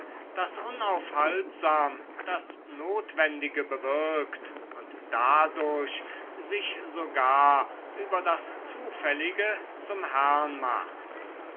das unaufhaltsam das notwendige bewirkt und dadurch sich sogar über das zufällige zum herrn macht